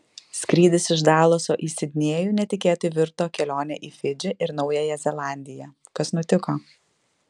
skrydis iš dalaso į sidnėjų netikėtai virto kelione į fidžį ir naująją zelandiją kas nutiko